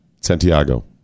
Santiago